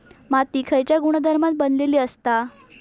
माती खयच्या गुणधर्मान बनलेली असता?